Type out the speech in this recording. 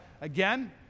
again